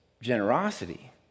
generosity